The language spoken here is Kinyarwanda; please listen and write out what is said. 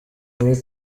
muri